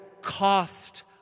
cost